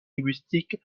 linguistique